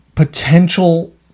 Potential